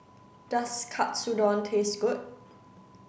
does katsudon taste good